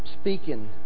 speaking